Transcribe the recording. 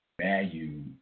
value